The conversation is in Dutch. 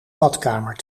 badkamer